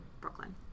Brooklyn